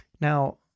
Now